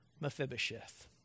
Mephibosheth